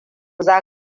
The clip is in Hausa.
za